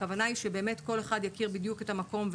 הכוונה היא שכל אחד יכיר בדיוק את המקום,